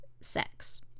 Sex